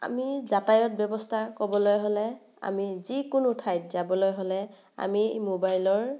আমি যাতায়ত ব্যৱস্থাৰ ক'বলৈ হ'লে আমি যিকোনো ঠাইত যাবলৈ হ'লে আমি মোবাইলৰ